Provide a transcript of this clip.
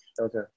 Okay